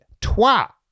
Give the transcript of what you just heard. twa